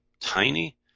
tiny